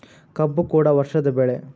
ಕಬ್ಬು ಕೂಡ ವರ್ಷದ ಬೆಳೆ